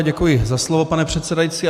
Děkuji za slovo, pane předsedající.